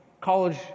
college